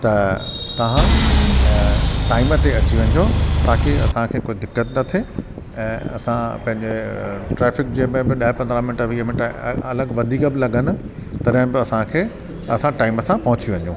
त तव्हां टाइम ते अची वञिजो ताकी असांखे कोई दिक़त न थिए ऐं असां पंहिंजे ट्रैफिक जेम में बि ॾह पंद्रहां मिंट वीह मिंट अलॻि वधीक बि लॻनि तॾहिं बि असांखे असां टाइम सां पहुची वञूं